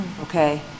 okay